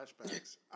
flashbacks